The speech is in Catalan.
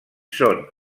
són